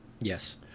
Yes